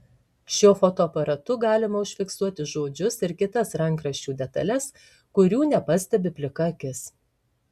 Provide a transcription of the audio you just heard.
šiuo fotoaparatu galima užfiksuoti žodžius ir kitas rankraščių detales kurių nepastebi plika akis